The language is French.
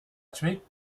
tuer